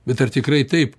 bet ar tikrai taip